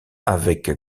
avec